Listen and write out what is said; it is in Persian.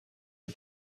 این